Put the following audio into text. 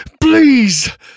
please